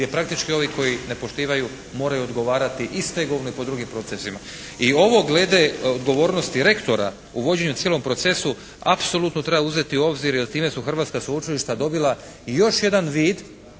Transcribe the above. je praktički ovi koji ne poštivaju moraju odgovaraju i stegovno i po drugim procesima. I ovo glede odgovornosti rektora u vođenju cijelom procesu apsolutno treba uzeti u obzir jer time su hrvatska sveučilišta dobila i još jedan vid